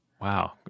Wow